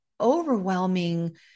overwhelming